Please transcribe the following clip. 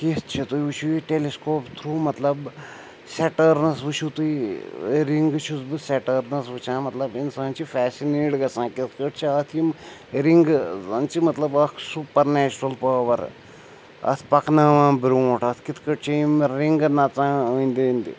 کینٛہہ چھِ تُہۍ وٕچھِو یہِ ٹیلی سکوپ تھرٛوٗ مطلب سٮ۪ٹٲرنَس وٕچھُو تُہۍ رِنٛگہٕ چھُس بہٕ سٮ۪ٹٲرنَس وٕچھان مطلب اِنسان چھِ فیسِنیٹ گژھان کِتھ کٲٹھۍ چھِ اَتھ یِم رِنٛگہٕ زَن چھِ مطلب اَکھ سوٗپَر نیچرَل پاوَر اَتھ پَکناوان برٛونٛٹھ اَتھ کِتھ کٲٹھۍ چھِ یِم رِنٛگہٕ نَژان أنٛدۍ أنٛدۍ